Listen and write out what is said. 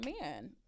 man